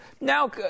now